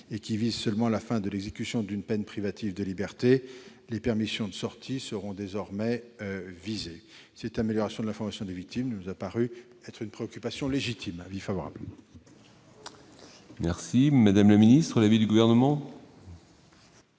qui vise seulement la fin de l'exécution d'une peine privative de liberté. Les permissions de sortir seront désormais concernées. Cette amélioration de l'information des victimes nous a paru être une préoccupation légitime. Quel est l'avis du Gouvernement ?